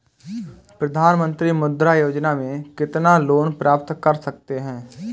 प्रधानमंत्री मुद्रा योजना में कितना लोंन प्राप्त कर सकते हैं?